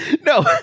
No